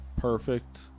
Perfect